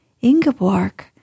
Ingeborg